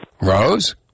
rose